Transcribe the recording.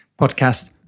podcast